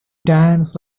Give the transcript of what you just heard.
danced